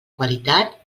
qualitat